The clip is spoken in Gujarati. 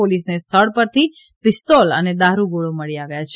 પોલીસને સ્થળ પરથી પિસ્તોલ અને દારૂગોળો મળી આવ્યા છે